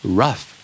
rough